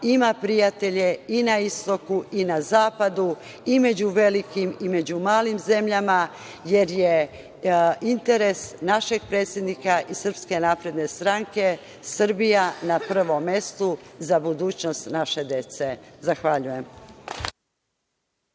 ima prijatelje i na istoku i na zapadu i među velikim i među malim zemljama, jer je interes našeg predsednika i SNS Srbija na prvom mestu za budućnost naše dece. Zahvaljujem.